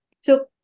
So-